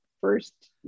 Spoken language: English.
first